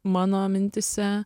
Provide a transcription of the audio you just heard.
mano mintyse